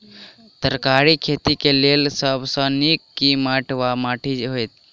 तरकारीक खेती केँ लेल सब सऽ नीक केँ माटि वा माटि हेतै?